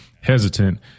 hesitant